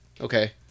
Okay